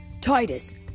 Titus